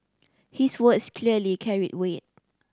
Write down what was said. his words clearly carried weight